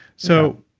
so